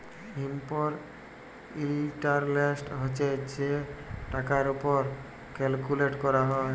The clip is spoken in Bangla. সিম্পল ইলটারেস্ট হছে যে টাকার উপর ক্যালকুলেট ক্যরা হ্যয়